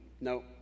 No